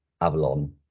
Avalon